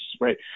right